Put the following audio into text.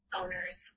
owners